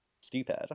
stupid